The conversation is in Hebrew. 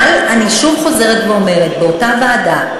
אבל אני חוזרת ואומרת: באותה ועדה,